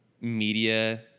media